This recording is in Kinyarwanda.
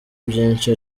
byinshi